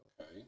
Okay